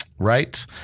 Right